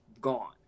Gone